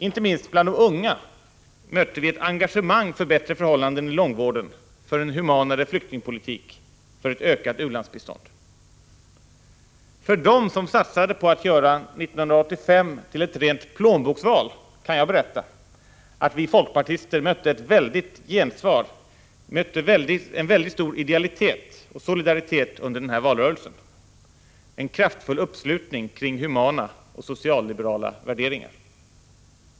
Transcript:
Inte minst hos de unga mötte vi ett engagemang fö: bättre förhållanden i långvården, för en humanare flyktingpolitik och för et ökat u-landsbistånd. För dem som satsade på att göra 1985 till ett rent plånboksval kan jag berätta att vi folkpartister mötte mycket av idealitet ocl solidaritet under denna valrörelse — en kraftfull uppslutning kring humana och socialliberala värderingar.